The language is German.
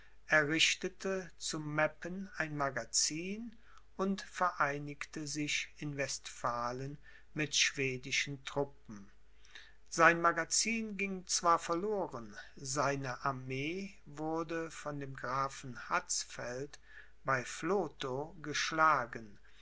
errichtete zu meppen ein magazin und vereinigte sich in westphalen mit schwedischen truppen sein magazin ging zwar verloren seine armee wurde von dem grafen hatzfeld bei vlotho geschlagen